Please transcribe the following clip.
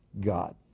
God